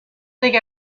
dig